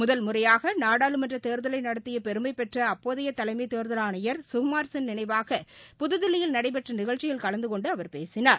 முறையாகநாடாளுமன்றதேர்தலைநடத்தியபெருமைபெற்றஅப்போதையதலைமைதேர்தல் முதல் ஆணையர் ககுமார் சென் நினைவாக புதுதில்லியில் நடைபெற்றநிகழ்ச்சியில் கலந்தகொண்டுஅவர் பேசினார்